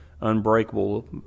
unbreakable